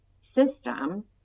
system